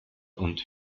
und